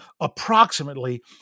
approximately